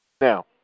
Now